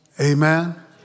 Amen